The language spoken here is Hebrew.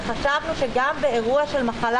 וחשבנו שגם באירוע של מחלה